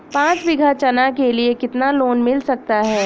पाँच बीघा चना के लिए कितना लोन मिल सकता है?